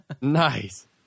Nice